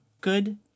good